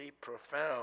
profound